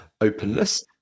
openness